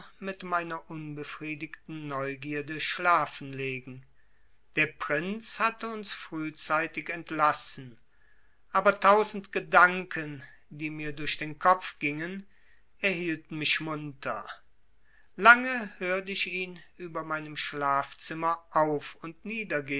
mit meiner unbefriedigten neugierde schlafen legen der prinz hatte uns frühzeitig entlassen aber tausend gedanken die mir durch den kopf gingen erhielten mich munter lange hört ich ihn über meinem schlafzimmer auf und